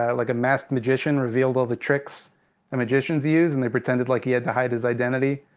ah like a masked magician revealed all the tricks, that magicians use, and they pretended like he had to hide his identity.